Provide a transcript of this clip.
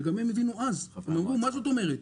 שגם הם הבינו אז, ואמרו, מה זאת אומרת?